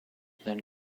then